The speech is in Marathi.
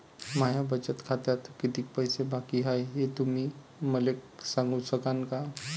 माया बचत खात्यात कितीक पैसे बाकी हाय, हे तुम्ही मले सांगू सकानं का?